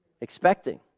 expecting